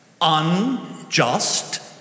unjust